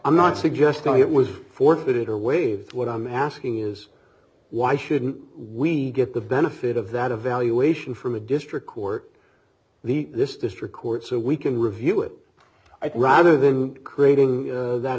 i'm not suggesting it was forfeited or waived what i'm asking is why shouldn't we get the benefit of that evaluation from a district court leet this district court so we can review it i think rather than creating that